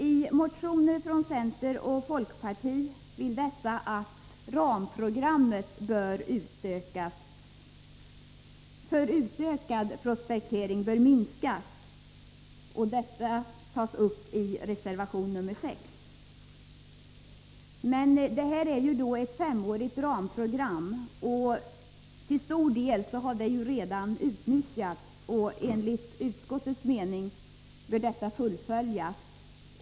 I motioner från centern och folkpartiet sägs att ramprogrammet för utökad prospektering bör minskas, och detta tas sedan uppi reservation nr 6. Det rör sig här om ett femårigt ramprogram, som till stor del redan har utnyttjats, och enligt utskottets mening bör programmet fullföljas.